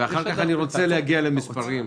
ואחר-כך אני רוצה להגיע למספרים.